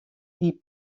wie